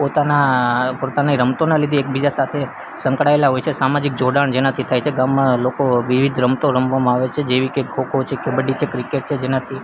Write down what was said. પોતાના પોતાની રમતોના લીધે એકબીજા સાથે સંકડાયેલા હોય છે સામાજિક જોડાણ જેનાથી થાય છે ગામમાં લોકો વિવિધ રમતો રમવામાં આવે છે જેવી કે ખો ખો છે કબડ્ડી છે ક્રિકેટ છે જેનાથી